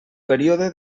període